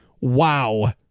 Wow